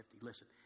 Listen